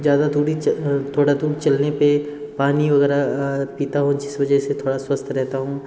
ज़्यादा दूरी थोड़ा दूर चलने पे पानी वग़ैरह पीता हूँ जिस वजह से थोड़ा स्वस्थ रहता हूँ